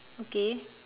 okay